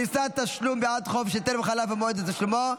(פריסת תשלום בעד חוב שטרם חלף המועד לתשלומו),